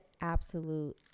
absolute